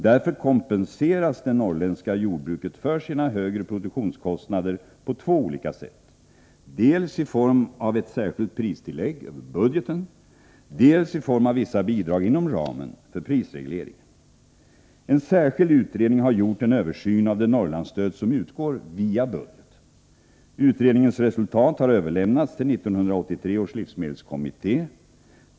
Därför kompenseras det norrländska jordbruket för sina högre produktionskostnader på två olika sätt: dels i form av ett särskilt pristillägg över budgeten, dels i form av vissa bidrag inom ramen för prisregleringen. En särskild utredning har gjort en översyn av det Norrlandsstöd som utgår via budgeten. Utredningens resultat har överlämnats till 1983 års livsmedelskommitté.